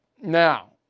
Now